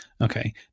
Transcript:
Okay